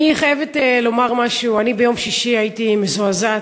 אני חייבת לומר משהו: ביום שישי הייתי מזועזעת,